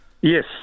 Yes